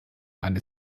eine